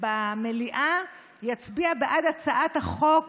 במליאה יצביע בעד הצעת החוק